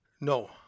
No